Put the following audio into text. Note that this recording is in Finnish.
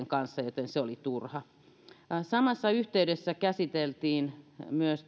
kanssa joten se oli turha samassa yhteydessä käsiteltiin myös